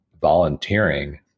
volunteering